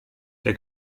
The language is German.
der